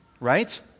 right